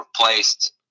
replaced